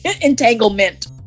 Entanglement